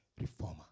reformer